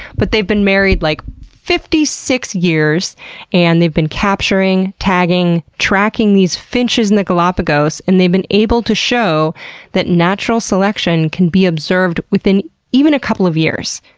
but they've been married, like, fifty six years and they've been capturing, tagging, and tracking these finches in the galapagos, and they've been able to show that natural selection can be observed within even a couple of years.